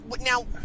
now